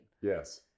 Yes